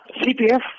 CPF